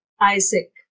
Isaac